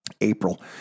April